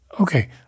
okay